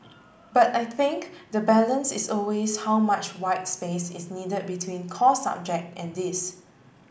but I think the balance is always how much white space is needed between core subject and this